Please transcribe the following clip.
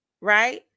right